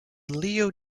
leo